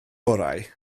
orau